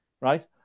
right